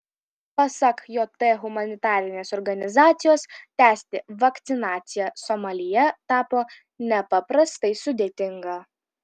pasak jt humanitarinės organizacijos tęsti vakcinaciją somalyje tapo nepaprastai sudėtinga